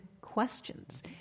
questions